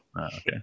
Okay